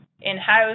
in-house